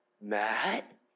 Matt